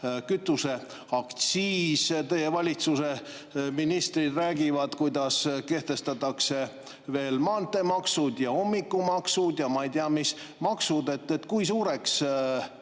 kütuseaktsiis. Teie valitsuse ministrid räägivad, kuidas kehtestatakse veel maanteemaksud ja ummikumaksud ja ma ei tea, mis maksud. Kuna te